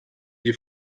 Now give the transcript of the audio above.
die